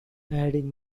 adding